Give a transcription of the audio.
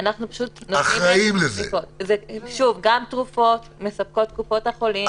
גם את התרופות מספקות קופות החולים.